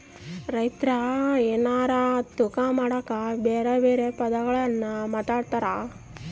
ರೈತ್ರು ಎನಾರ ತೂಕ ಮಾಡಕ ಬೆರೆ ಬೆರೆ ಪದಗುಳ್ನ ಮಾತಾಡ್ತಾರಾ